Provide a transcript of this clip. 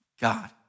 God